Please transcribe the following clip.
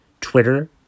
Twitter